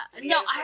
No